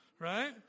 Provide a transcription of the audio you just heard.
Right